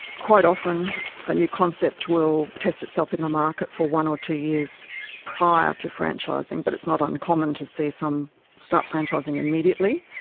quite often a new concept will test itself in the market for one or two years prior to franchising, but it's not uncommon to see some start franchising immediately,